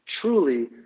truly